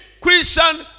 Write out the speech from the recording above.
Christian